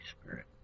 Spirit